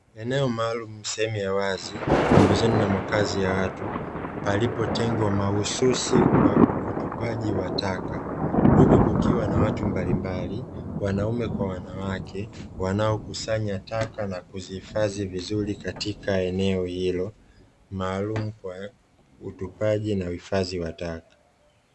Eneo maalumu sehemu ya wazi pembezoni na makazi ya watu palipotengwa mahususi kwa ajili ya utupaji wa taka, huku kukiwa na watu mbalimbali wanaume kwa wanawake wanaokusanya taka na kuhifadhi katika eneo hilo mahususi kwa ajili ya utupaji wa taka.